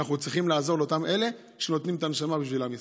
אנחנו צריכים לעזור לאותם אלה שנותנים את הנשמה בשביל עם ישראל.